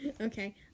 Okay